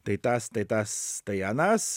tai tas tai tas tai anas